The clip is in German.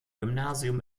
gymnasium